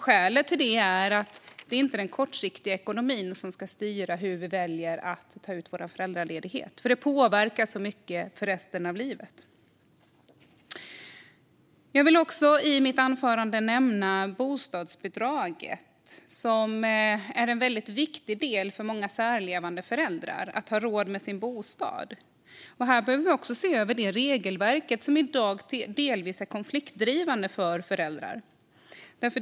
Skälet till det är att det inte är den kortsiktiga ekonomin som ska styra hur vi väljer att ta ut vår föräldraledighet. Det påverkar så mycket för resten av livet. Jag vill också nämna bostadsbidraget, som är en viktig del för många särlevande föräldrar för att de ska ha råd med sin bostad. Också här behöver vi se över regelverket, som i dag delvis är konfliktdrivande för föräldrar.